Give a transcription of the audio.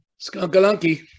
Skunkalunky